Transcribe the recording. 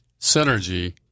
synergy